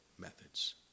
methods